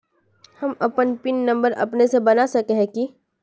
हम अपन pin number अपने से बना सके है की?